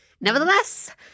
nevertheless